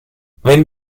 wenn